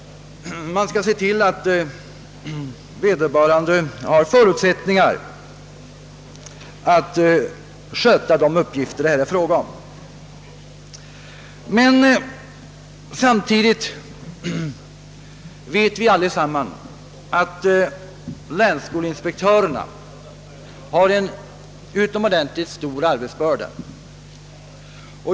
Man skall se till att vederbörande har förutsättningar att sköta de uppgifter, som det här är fråga om. Men samtidigt vet vi alla att skolinspektörerna har en utomordentligt stor arbetsbörda.